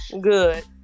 Good